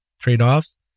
trade-offs